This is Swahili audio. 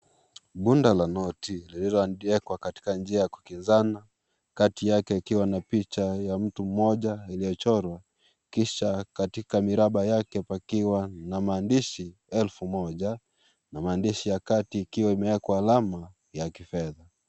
Punda la noti lililoandikwa katika njia ya kukinzana kati yake ikiwa na picha ya mtu mmoja iliyochorwa kisha katika miraba yake pakiwa na maandishi elfu moja na maandishi ya kati ikiwa imewekwa alama ya kifedha.